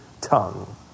tongue